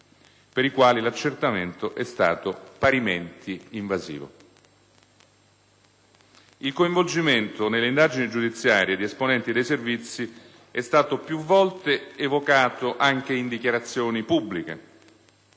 per i quali l'accertamento è stato parimenti invasivo. Il coinvolgimento nelle indagini giudiziarie di esponenti dei Servizi è stato più volte evocato anche in dichiarazioni pubbliche.